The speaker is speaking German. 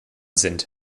sind